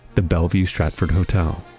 the bellevue stratford hotel.